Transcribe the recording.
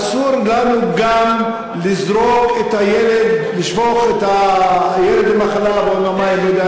אסור לנו גם לשפוך את הילד עם החלב או המים.